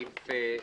איפה זה?